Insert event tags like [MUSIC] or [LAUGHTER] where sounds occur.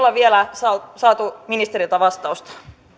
[UNINTELLIGIBLE] ole vielä saatu ministeriltä vastausta